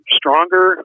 stronger